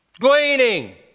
Gleaning